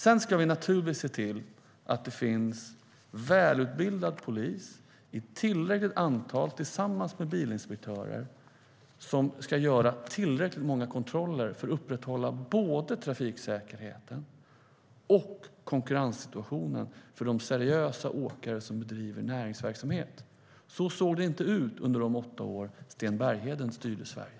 Sedan ska vi naturligtvis se till att det finns välutbildad polis i tillräckligt antal tillsammans med bilinspektörer som ska göra tillräckligt många kontroller för att upprätthålla både trafiksäkerheten och konkurrenssituationen för de seriösa åkare som bedriver näringsverksamhet. Så såg det inte ut under de åtta år då Sten Bergheden styrde Sverige.